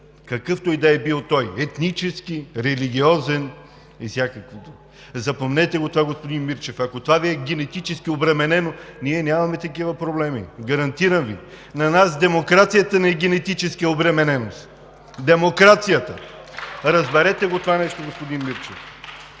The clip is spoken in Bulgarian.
какъвто и да е бил той: етнически, религиозен и всякакъв друг. Запомнете го това, господин Мирчев! Ако това Ви е генетически обременено, ние нямаме такива проблеми. Гарантирам Ви! На нас демокрацията ни е генетическа обремененост. Демокрацията! (Единични ръкопляскания от ДПС.) Разберете го това нещо, господин Мирчев.